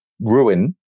ruin